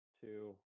two